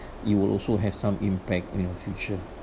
you will also have some impact in your future